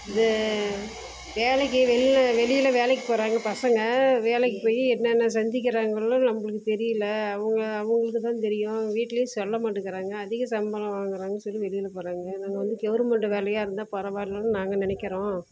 இது வேலைக்கு வெளியில் வெளியில் வேலைக்கு போகிறாங்க பசங்கள் வேலைக்கு போய் என்னென்ன சந்திக்கிறாங்களோ நம்மளுக்கு தெரியலை அவங்க அவங்களுக்குதான் தெரியும் வீட்லேயும் சொல்ல மாட்டேங்குறாங்க அதிகம் சம்பளம் வாங்குறாங்கன்னு சொல்லி வெளியில் போகிறாங்க இது வந்து கவர்மெண்ட் வேலையாக இருந்தால் பரவாயில்லைனு நாங்கள் நினைக்கிறோம்